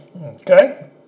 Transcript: okay